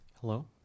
Hello